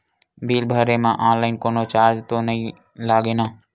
Bill भरे मा online कोनो चार्ज तो नई लागे ना?